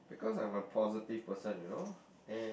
because I'm a positive person you know and